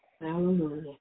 Hallelujah